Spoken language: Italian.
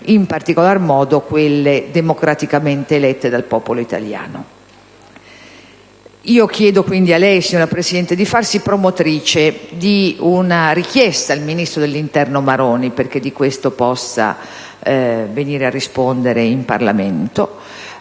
in particolar modo quelle democraticamente elette dal popolo italiano. Chiedo quindi a lei, signora Presidente, di farsi promotrice di una richiesta al ministro dell'interno Maroni perché di questo possa venire a rispondere in Parlamento,